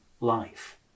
life